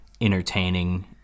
entertaining